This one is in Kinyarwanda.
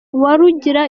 uwarugira